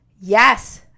Yes